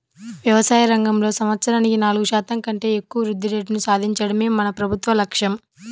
వ్యవసాయ రంగంలో సంవత్సరానికి నాలుగు శాతం కంటే ఎక్కువ వృద్ధి రేటును సాధించడమే మన ప్రభుత్వ లక్ష్యం